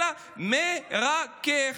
אלא מרכך.